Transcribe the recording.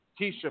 Tisha